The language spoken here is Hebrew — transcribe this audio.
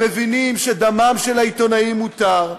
הם מבינים שדמם של העיתונאים מותר,